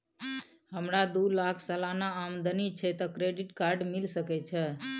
हमरा दू लाख सालाना आमदनी छै त क्रेडिट कार्ड मिल सके छै?